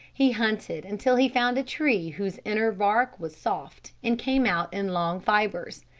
he hunted until he found a tree whose inner bark was soft and came out in long fibres.